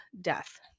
death